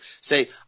say